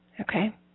Okay